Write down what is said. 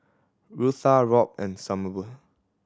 Rutha Robb and Sommer